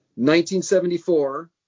1974